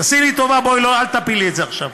תעשי לי טובה, אל תפילי את זה עכשיו.